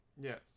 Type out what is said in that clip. Yes